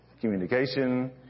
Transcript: communication